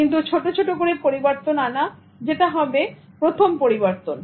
কিন্তু ছোট ছোট করে পরিবর্তন আনা যেটা হবে প্রথম পরিবর্তন